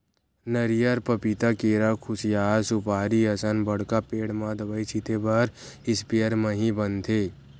नरियर, पपिता, केरा, खुसियार, सुपारी असन बड़का पेड़ म दवई छिते बर इस्पेयर म ही बने बनथे